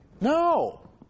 No